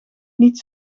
niet